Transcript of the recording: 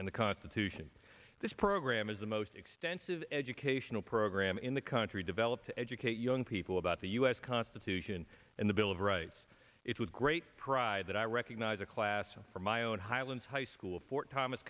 and the constitution this program is the most extensive educational program in the country develop to educate young people about the u s constitution and the bill of rights it with great pride that i recognize a class from my own highlands high school for thomas